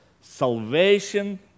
Salvation